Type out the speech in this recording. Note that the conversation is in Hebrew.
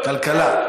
כלכלה,